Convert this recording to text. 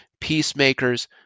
peacemakers